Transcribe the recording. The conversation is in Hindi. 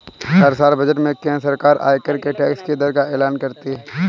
हर साल बजट में केंद्र सरकार आयकर के टैक्स की दर का एलान करती है